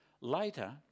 Later